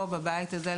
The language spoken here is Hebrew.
פה בבית הזה,